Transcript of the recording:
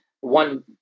One